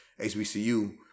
HBCU